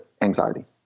anxiety